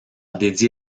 dédié